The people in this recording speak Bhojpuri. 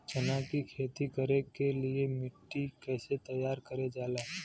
चना की खेती कर के लिए मिट्टी कैसे तैयार करें जाला?